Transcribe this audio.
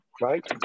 right